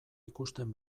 ikusten